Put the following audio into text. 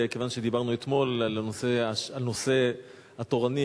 כיוון שדיברנו אתמול על הנושא התורני,